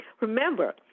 remember